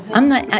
i'm not